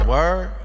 Word